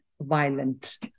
violent